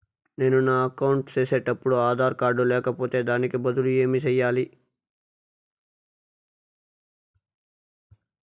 నేను నా అకౌంట్ సేసేటప్పుడు ఆధార్ కార్డు లేకపోతే దానికి బదులు ఏమి సెయ్యాలి?